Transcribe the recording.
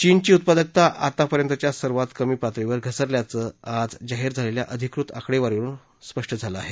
चीनची उत्पादकता आतापर्यंतच्या सर्वात कमी पातळीवर घसरल्याचं आज जाहीर झालेल्या अधिकृत आकडेवारीनुसार स्पष्ट झालं आहे